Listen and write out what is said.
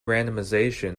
randomization